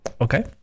Okay